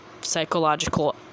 psychological